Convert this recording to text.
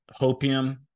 hopium